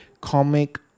comic